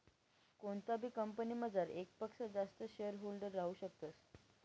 कोणताबी कंपनीमझार येकपक्सा जास्त शेअरहोल्डर राहू शकतस